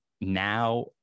now